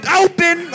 open